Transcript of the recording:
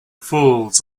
falls